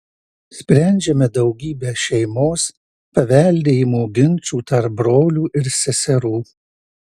sprendžiame daugybę šeimos paveldėjimo ginčų tarp brolių ir seserų